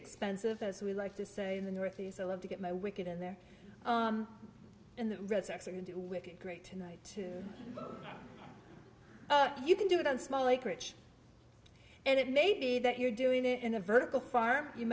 expensive as we like to say in the northeast i love to get my wicket in there and the red sox are going to do with great tonight too you can do it on small acreage and it may be that you're doing it in a vertical farm you